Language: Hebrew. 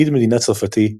פקיד מדינה צרפתי,